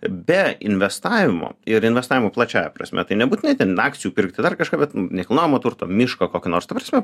be investavimo ir investavimo plačiąja prasme tai nebūtinai ten akcijų pirkti dar kažką bet nekilnojamo turto miško kokio nors ta prasme